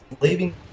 leaving